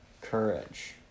courage